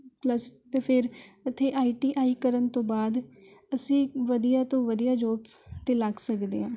plus ਫਿਰ ਇੱਥੇ I T I ਕਰਨ ਤੋਂ ਬਾਅਦ ਅਸੀਂ ਵਧੀਆ ਤੋਂ ਵਧੀਆ ਜੋਬਜ਼ 'ਤੇ ਲੱਗ ਸਕਦੇ ਹਾਂ